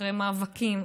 אחרי מאבקים,